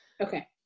okay